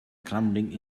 crumbling